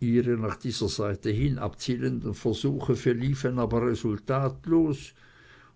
nach dieser seite hin abzielenden versuche verliefen aber resultatlos